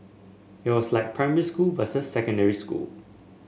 it was like primary school versus secondary school